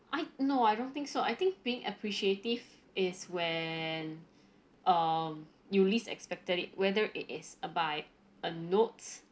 I know I don't think so I think being appreciative is when um you least expected it whether it is uh by a note